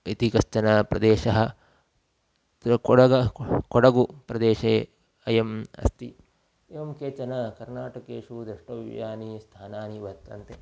इति कश्चन प्रदेशः अत्र कोडग कोडगु प्रदेशे अयम् अस्ति एवं केचन कर्णाटकेषु द्रष्टव्यानि स्थानानि वर्तन्ते